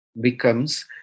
becomes